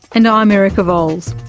and i'm erica vowles.